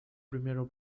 primero